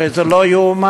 הרי זה לא ייאמן.